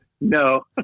No